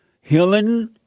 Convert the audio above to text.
Healing